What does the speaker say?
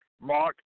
Mark